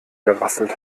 gerasselt